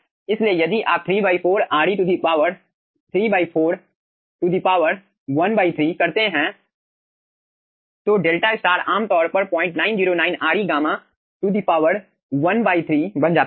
इसलिए यदि आप 34 ⅓ करते हैं तो डेल्टा स्टार आमतौर पर 909 Re गामा ⅓ बन जाता है